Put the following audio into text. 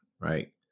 right